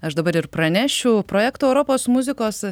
aš dabar ir pranešiu projekto europos muzikos